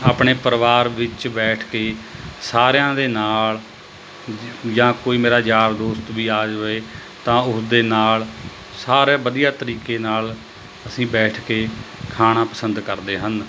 ਆਪਣੇ ਪਰਿਵਾਰ ਵਿੱਚ ਬੈਠ ਕੇ ਸਾਰਿਆਂ ਦੇ ਨਾਲ਼ ਜਾਂ ਕੋਈ ਮੇਰਾ ਯਾਰ ਦੋਸਤ ਵੀ ਆ ਜਾਵੇ ਤਾਂ ਉਸਦੇ ਨਾਲ਼ ਸਾਰੇ ਵਧੀਆ ਤਰੀਕੇ ਨਾਲ਼ ਅਸੀਂ ਬੈਠ ਕੇ ਖਾਣਾ ਪਸੰਦ ਕਰਦੇ ਹਨ